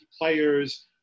players